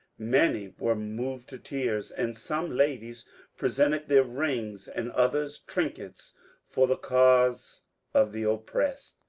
many were moved to tears, and some ladies presented their rings and other trinkets for the cause of the oppressed.